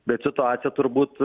bet situacija turbūt